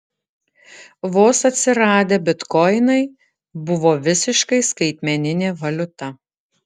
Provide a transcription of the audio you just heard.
vos atsiradę bitkoinai buvo visiškai skaitmeninė valiuta